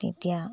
তেতিয়া